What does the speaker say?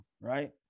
Right